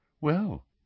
Well